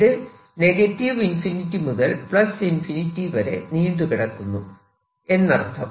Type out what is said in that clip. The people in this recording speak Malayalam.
ഇത് മുതൽ വരെ നീണ്ടുകിടക്കുന്നു എന്നർത്ഥം